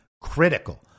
critical